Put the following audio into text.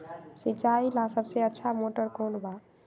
सिंचाई ला सबसे अच्छा मोटर कौन बा?